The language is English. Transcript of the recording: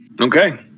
Okay